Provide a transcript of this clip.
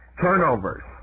Turnovers